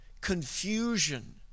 confusion